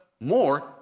more